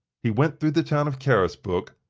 he went through the town of carisbrooke,